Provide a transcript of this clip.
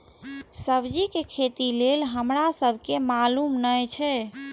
सब्जी के खेती लेल हमरा सब के मालुम न एछ?